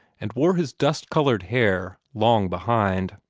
and wore his dust-colored hair long behind.